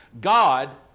God